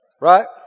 Right